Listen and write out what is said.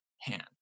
hand